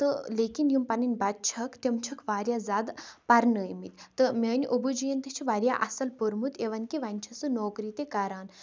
تہٕ لیکِن یِم پنٕنۍ بَچہِ چھِکھ تِم چھِکھ واریاہ زیادٕ پَرنٲومٕتۍ تہٕ میٛٲنۍ ابوٗ جِیَن تہِ چھِ واریاہ اَصٕل پوٚرمُت اِوٕن کہِ وَنۍ چھِ سُہ نوکری تہِ کَران